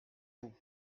vous